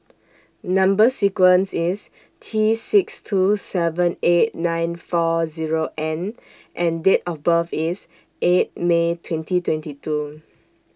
Number sequence IS T six two seven eight nine four Zero N and Date of birth IS eight May twenty twenty two